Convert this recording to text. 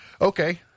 okay